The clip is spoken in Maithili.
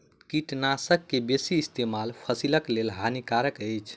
कीटनाशक के बेसी इस्तेमाल फसिलक लेल हानिकारक अछि